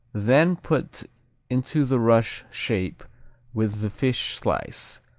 then put into the rush shape with the fish slice.